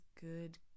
good